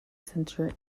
center